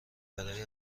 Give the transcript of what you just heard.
برای